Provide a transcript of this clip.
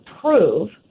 prove